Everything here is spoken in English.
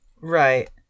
Right